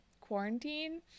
quarantine